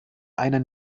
einer